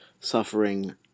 suffering